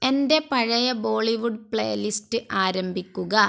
എൻ്റെ പഴയ Bollywood playlist ആരംഭിക്കുക